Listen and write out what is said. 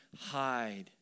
hide